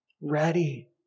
ready